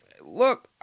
Look